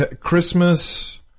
Christmas